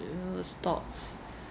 uh stocks